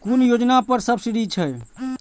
कुन योजना पर सब्सिडी छै?